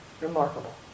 remarkable